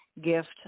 gift